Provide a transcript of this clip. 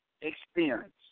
Experience